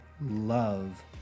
love